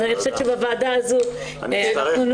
אז אני חושבת שבוועדה הזאת אנחנו נוכל